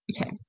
Okay